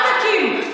אל תקים.